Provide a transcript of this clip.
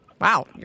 Wow